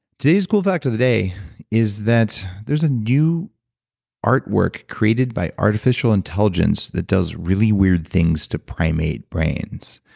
today's cool fact of the day is that there's a new artwork created by artificial intelligence that does really weird things to primate brains.